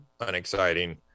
unexciting